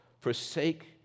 forsake